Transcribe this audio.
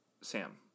Sam